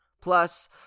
Plus